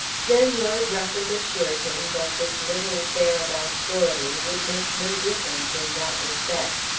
then lord rufford assured him that this little affair about goarly would make no difference in that respect.